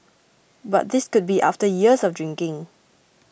but this could be after years of drinking